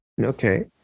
okay